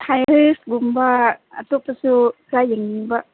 ꯍꯥꯏ ꯍꯤꯜꯁꯒꯨꯝꯕ ꯑꯇꯣꯞꯄꯁꯨ ꯈꯔ ꯌꯦꯡꯅꯤꯡꯕ